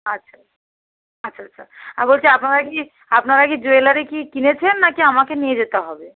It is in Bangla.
আচ্ছা আচ্ছা আচ্ছা আর বলছি আপনারা কি আপনারা কি জুয়েলারি কি কিনেছেন নাকি আমাকে নিয়ে যেতে হবে